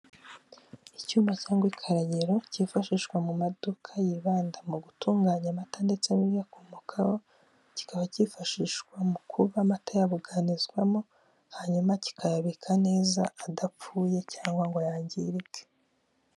Icyuma cyo mu ikaragiro cyifashishwa mu maduka yibanda mu gutunganya amata ndetse n'ibiyakomokaho, kikaba cyifashishwa mu kuba amata yabuganizwamo hanyuma kikayabika neza adapfuye cyangwa ngo yangirike.